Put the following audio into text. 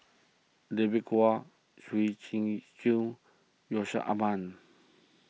David Kwo Gwee Yusman